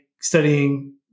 studying